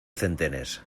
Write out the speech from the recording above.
centenes